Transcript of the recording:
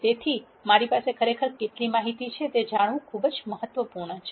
તેથી મારી પાસે ખરેખર કેટલી માહિતી છે તે જાણવું મહત્વપૂર્ણ છે